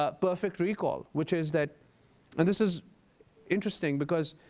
ah perfect recall, which is that and this is interesting because